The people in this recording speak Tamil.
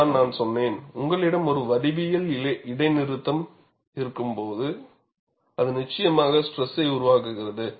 இதுதான் நான் சொன்னேன் உங்களிடம் ஒரு வடிவியல் இடைநிறுத்தம் இருக்கும்போது அது நிச்சயமாக ஸ்ட்ரெஸை உருவாக்குகிறது